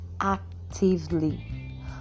actively